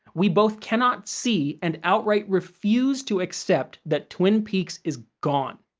we both cannot see and outright refuse to accept that twin peaks is gone.